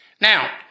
Now